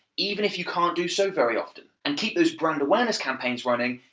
even if you can't do so very often. and keep those brand awareness campaigns running,